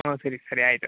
ಹ್ಞೂ ಸರಿ ಸರಿ ಆಯಿತು